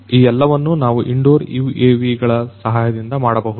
ಈ ಎಲ್ಲವನ್ನೂ ನಾವು ಇಂಡೋರ್ UAV ಗಳ ಸಹಾಯದಿಂದ ಮಾಡಬಹುದು